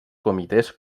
comitès